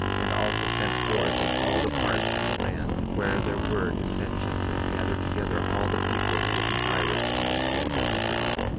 and also sent forth in all the parts of the land where there were dissensions, and gathered together all the people who were desirous to maintain their liberty,